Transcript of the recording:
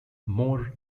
more